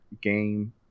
game